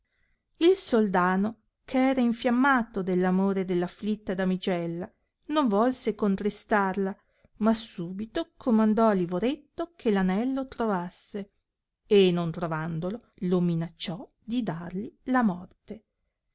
il soldano che era infiammato dell amore dell afflitta damigella non volse contristarla ma subito comandò a lavoretto che anello trovasse e non trovandolo lo minacciò di darli la morte